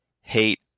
hate